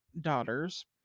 daughters